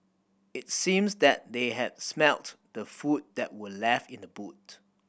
it seemed that they had smelt the food that were left in the boot